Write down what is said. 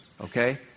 Okay